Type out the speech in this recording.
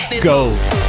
go